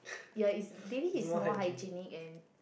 ya it's daily is more hygienic and